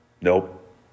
Nope